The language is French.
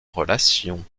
relations